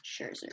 Scherzer